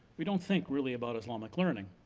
we don't think really about islamic learning.